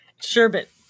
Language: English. Sherbet